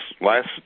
last